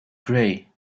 gray